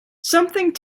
something